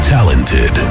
Talented